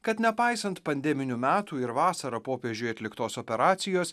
kad nepaisant pandeminių metų ir vasarą popiežiui atliktos operacijos